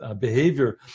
behavior